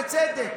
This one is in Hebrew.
בצדק.